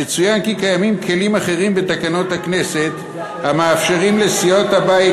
יצוין כי בתקנון הכנסת קיימים כלים אחרים המאפשרים לסיעות הבית